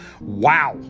Wow